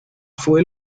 fue